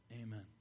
amen